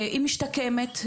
היא משתקמת,